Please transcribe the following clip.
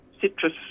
citrus